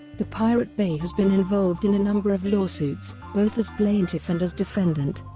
the pirate bay has been involved in a number of lawsuits, both as plaintiff and as defendant.